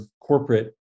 corporate